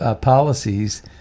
policies